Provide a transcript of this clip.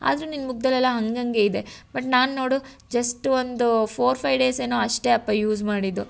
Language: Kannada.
ಆದರೂ ನಿನ್ನ ಮುಖದಲ್ಲೆಲ್ಲ ಹಾಗಾಗೆ ಇದೆ ಬಟ್ ನಾನು ನೋಡು ಜಸ್ಟ್ ಒಂದು ಫೋರ್ ಫೈವ್ ಡೇಸ್ ಏನೋ ಅಷ್ಟೇಯಪ್ಪ ಯೂಸ್ ಮಾಡಿದ್ದು